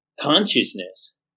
consciousness